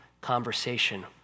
conversation